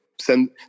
send